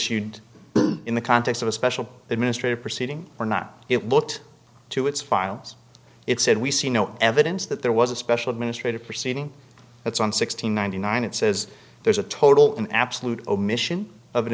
shoot in the context of a special administrative proceeding or not it looked to its files it said we see no evidence that there was a special administrative proceeding it's one sixteen ninety nine it says there's a total and absolute omission of an